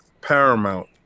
paramount